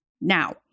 now